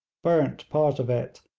burnt part of it,